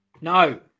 No